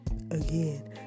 Again